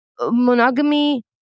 Monogamy